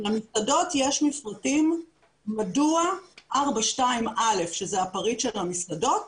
אם למסעדות יש מפרטים מדוע 4.2א שזה הפריט של המסעדות